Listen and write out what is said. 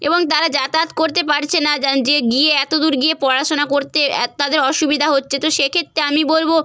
এবং তারা যাতায়াত করতে পারছে না যা যে গিয়ে এতদূর গিয়ে পড়াশোনা করতে তাদের অসুবিধা হচ্ছে তো সেক্ষেত্রে আমি বলব